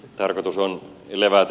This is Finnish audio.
tarkoitus on levätä